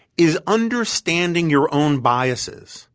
is understanding your own biases,